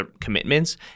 commitments